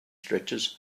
stretches